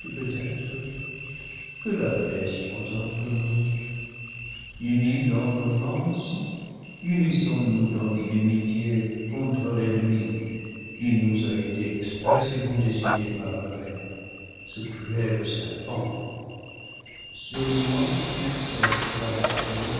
que la paix soit entre nous unis dans l'offense unissons nous dans l'inimité contre l'ennemi qui nous a été expressément désigné par arrêt ce cruel serpent sur moi n'exerce pas la haine